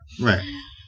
Right